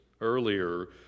earlier